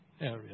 area